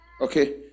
Okay